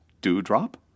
Dewdrop